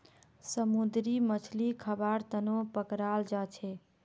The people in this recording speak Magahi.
समुंदरी मछलीक खाबार तनौ पकड़ाल जाछेक